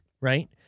right